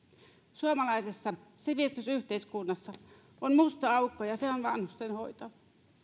suomalaisessa sivistysyhteiskunnassa on musta aukko ja se on vanhustenhoito